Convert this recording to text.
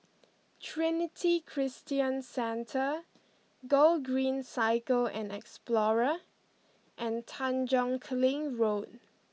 Trinity Christian Centre Gogreen Cycle and Explorer and Tanjong Kling Road